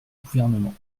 gouvernement